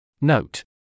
Note